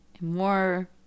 more